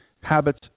habits